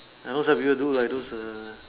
and most of you do like those uh